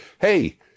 hey